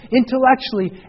intellectually